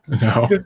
No